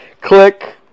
click